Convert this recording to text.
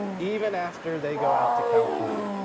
even after they go out to california,